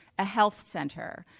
a health center,